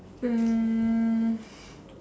um